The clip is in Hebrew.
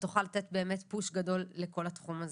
שתוכל לתת באמת פוש גדול לכל התחום הזה.